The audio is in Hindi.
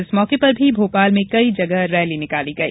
इस मौके पर भी भोपाल में कई जगह रैली निकाली गई